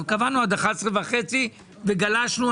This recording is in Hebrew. אנחנו קבענו שהדיון יהיה עד 11:30 אבל גלשנו.